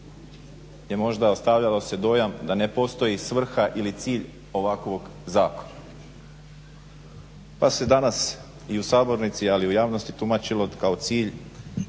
je možda ostavljao se dojam da ne postoji svrha ili cilj ovakvog zakona pa se danas i u sabornici, ali i javnosti tumačilo kao cilj